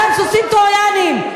אתם סוסים טרויאניים,